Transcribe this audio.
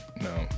No